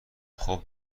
خوب